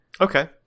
Okay